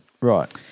Right